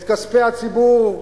את כספי הציבור,